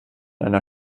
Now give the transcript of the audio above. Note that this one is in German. einer